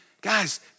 guys